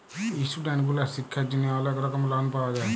student গুলার শিক্ষার জন্হে অলেক রকম লন পাওয়া যায়